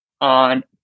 on